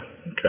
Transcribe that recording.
okay